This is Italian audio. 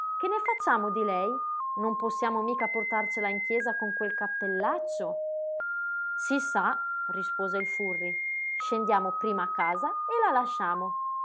che ne facciamo di lei non possiamo mica portarcela in chiesa con quel cappellaccio si sa rispose il furri scendiamo prima a casa e la lasciamo